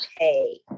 Okay